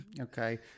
Okay